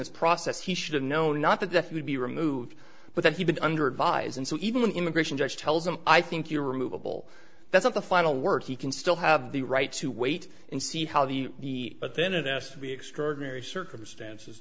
this process he should have known not that this would be removed but that he would under advise and so even when the immigration judge tells him i think you're removable that's not the final word he can still have the right to wait and see how the but then it s to be extraordinary circumstances